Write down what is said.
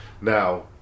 Now